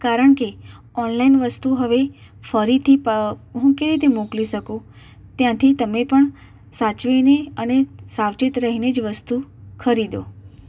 કારણ કે ઓનલાઇન વસ્તુ હવે ફરીથી પ હું કેવી રીતે મોકલી શકું ત્યાંથી તમે પણ સાચવીને અને સાવચેત રહીને જ વસ્તુ ખરીદો